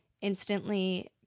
instantly